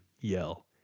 yell